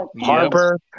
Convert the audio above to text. Harper